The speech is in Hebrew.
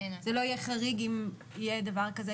זה לא יהיה חריג אם יהיה דבר כזה,